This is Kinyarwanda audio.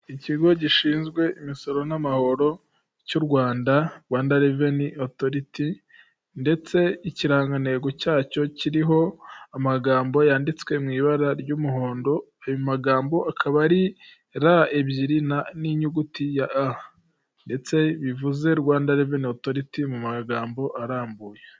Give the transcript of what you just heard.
Ikigo gishinzwe imisoro n'amahoro cy'u Rwanda Rwanda revenI otoriti ndetse ikirangantego cyacyo kiriho amagambo yanditswew ibara ry'umuhondo ayo magambo akaba ari ra ebyiri n'inyuguti ya a ndetse bivuze Rwanda otoriti mu magambo arambuye.